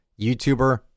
YouTuber